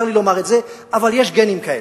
צר לי לומר את זה, אבל יש גנים כאלה.